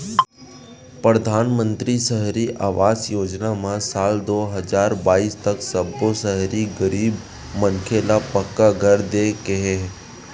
परधानमंतरी सहरी आवास योजना म साल दू हजार बाइस तक सब्बो सहरी गरीब मनखे ल पक्का घर दे के हे